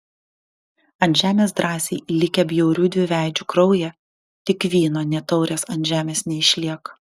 ant žemės drąsiai likę bjaurių dviveidžių kraują tik vyno nė taurės ant žemės neišliek